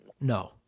No